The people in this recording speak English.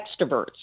extroverts